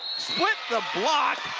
split the block,